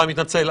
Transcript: אני מתנצל.